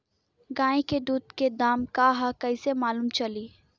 गाय के दूध के दाम का ह कइसे मालूम चली?